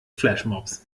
flashmobs